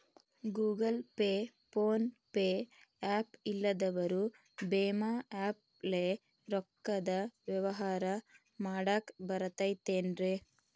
Google Pay, PhonePe app ಇಲ್ಲದವರು ಭೇಮಾ app ಲೇ ರೊಕ್ಕದ ವ್ಯವಹಾರ ಮಾಡಾಕ್ ಬರತೈತೇನ್ರೇ?